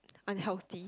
unhealthy